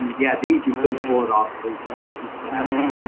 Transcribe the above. yeah, these you couldn't pull it off a leaf, because they're too fragile.